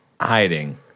hiding